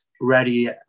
ready